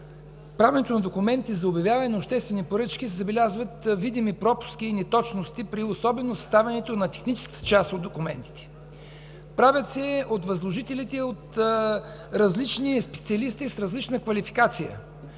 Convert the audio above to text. правенето на документи за обявяване на обществени поръчки се забелязват видими пропуски и неточности, особено при съставянето на техническата част на документите – правят се от възложителите и от различни специалисти с различна квалификация.